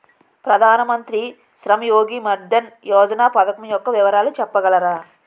ప్రధాన మంత్రి శ్రమ్ యోగి మన్ధన్ యోజన పథకం యెక్క వివరాలు చెప్పగలరా?